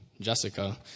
Jessica